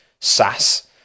sass